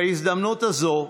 בהזדמנות הזו,